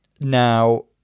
now